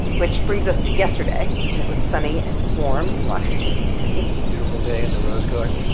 which brings us to yesterday, when it was sunny and warm in washington, d c beautiful day in the rose garden.